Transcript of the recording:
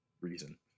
reason